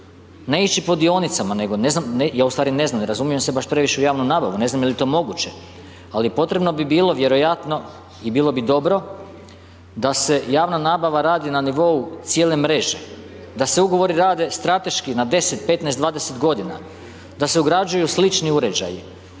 nego ne znam, ja u stvari ne znam, ne razumijem se baš previše u javnu nabavu, ne znam je li to moguće, ali potrebno bi bilo vjerojatno i bilo bi dobro da se javna nabava radi na nivou cijele mreže, da se Ugovori rade strateški na 10, 15, 20 godina, da se ugrađuju slični uređaji